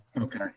Okay